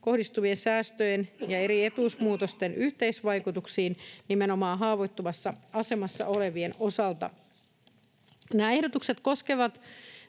kohdistuvien säästöjen ja eri etuusmuutosten yhteisvaikutuksiin nimenomaan haavoittuvassa asemassa olevien osalta. Nämä ehdotukset koskevat